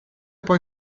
poi